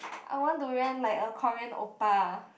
I want to rent like a Korean oppa